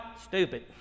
stupid